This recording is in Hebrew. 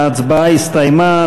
ההצבעה הסתיימה.